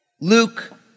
Luke